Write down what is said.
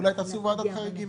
אולי תעשו ועדת חריגים